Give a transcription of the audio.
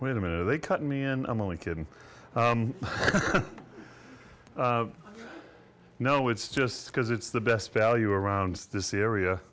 wait a minute they cut me and i'm only kidding no it's just because it's the best value around this area